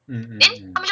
mmhmm